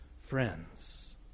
Friends